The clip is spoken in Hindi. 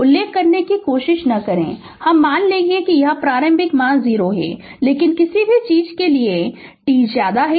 उल्लेख करने की कोशिश न करें तो हम मान लेंगे कि यह प्रारंभिक मान ० है लेकिन किसी भी चीज के लिए t 0 यह 60 V है